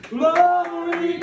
Glory